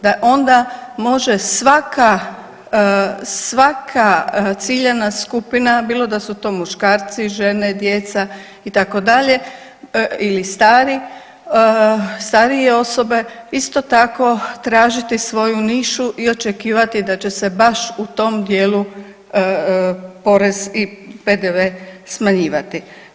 Da onda može svaka ciljana skupina, bilo da su to muškarci, žene, djeca, itd., ili stari, starije osobe, isto tako tražiti svoju nišu i očekivati da će se baš u tom dijelu porez i PDV smanjivati.